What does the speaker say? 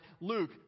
Luke